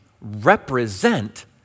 represent